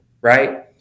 right